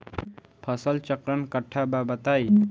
फसल चक्रण कट्ठा बा बताई?